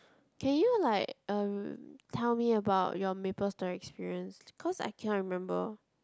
can you like um tell me about your Maplestory experience cause I cannot remember